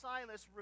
Silas